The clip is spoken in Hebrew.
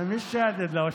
לאט-לאט לך,